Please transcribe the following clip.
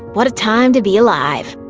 what a time to be alive.